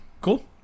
Cool